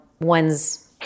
one's